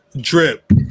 Drip